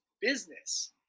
business